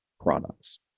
products